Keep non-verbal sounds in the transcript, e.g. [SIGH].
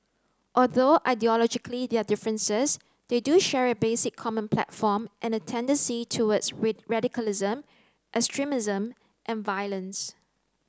although ideologically there are differences they do share a basic common platform and a tendency towards [UNINTELLIGIBLE] radicalism extremism and violence